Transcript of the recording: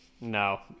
No